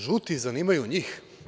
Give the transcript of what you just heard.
Žuti zanimaju njih.